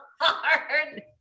hard